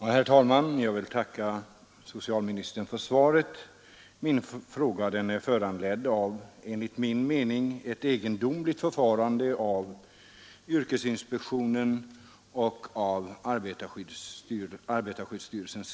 Herr talman! Jag vill tacka socialministern för svaret. Min fråga är föranledd av ett enligt min mening egendomligt förfarande av yrkesinspektionen och arbetarskyddsstyrelsen.